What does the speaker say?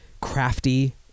crafty